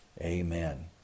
Amen